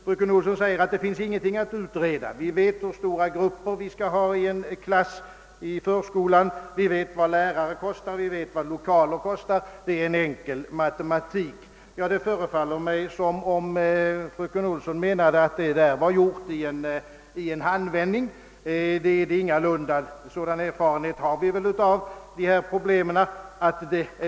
Fröken Olsson sade, att det inte finns någonting att utreda. Vi vet, sade hon, hur stora grupper vi skall ha i en förskoleklass, vad lärare och lokaler kostar o.s.v. Det är bara fråga om enkel matematik, slutade hon. Det förefaller mig, som om fröken Olsson menade, att uträkningen således skulle vara gjord i en handvändning. Men det är den ingalunda. Vi har erfarenhet av att sådant tar sin tid.